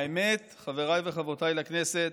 והאמת, חבריי וחברותיי לכנסת,